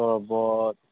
ꯇꯣꯔꯣꯕꯣꯠ